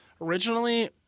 originally